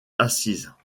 assises